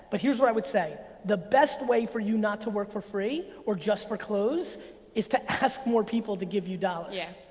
but here's what i would say. the best way for you not to work for free or just for clothes is to ask more people to give you dollars. yeah,